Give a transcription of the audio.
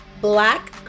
black